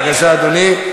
בבקשה, אדוני.